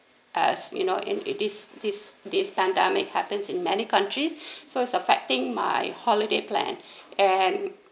as you know in this this this pandemic happens in many countries so is affecting my holiday plan and